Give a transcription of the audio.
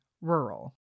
rural